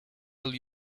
will